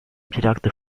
теракты